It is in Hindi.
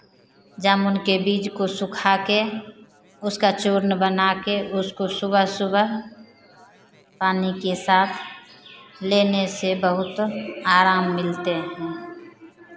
जामुन के बीज को सुखा के उसका चूर्ण बना के उसको सुबह सुबह पानी के साथ लेने से बहुत आराम मिलते हैं